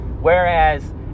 Whereas